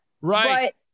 Right